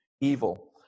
evil